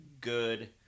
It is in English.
good